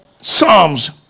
Psalms